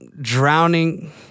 drowning